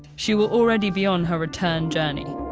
she will already be on her return journey.